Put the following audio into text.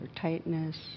tightness